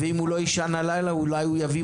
אם הוא לא יישן הלילה אולי הוא יביא,